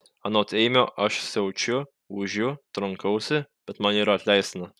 anot eimio aš siaučiu ūžiu trankausi bet man yra atleistina